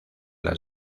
las